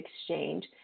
exchange